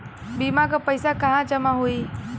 बीमा क पैसा कहाँ जमा होई?